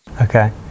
Okay